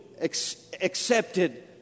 accepted